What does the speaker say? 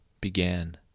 began